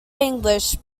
english